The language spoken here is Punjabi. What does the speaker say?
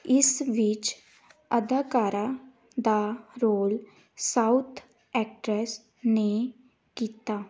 ਇਸ ਵਿੱਚ ਅਦਾਕਾਰਾ ਦਾ ਰੋਲ ਸਾਊਥ ਐਕਟਰਸ ਨੇ ਕੀਤਾ